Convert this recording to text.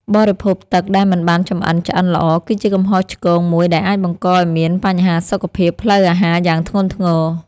បរិភោគទឹកដែលមិនបានចម្អិនឆ្អិនល្អគឺជាកំហុសឆ្គងមួយដែលអាចបង្កឱ្យមានបញ្ហាសុខភាពផ្លូវអាហារយ៉ាងធ្ងន់ធ្ងរ។